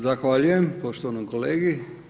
Zahvaljujem poštovanom kolegi.